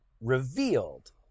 revealed